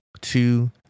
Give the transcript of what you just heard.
two